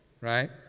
right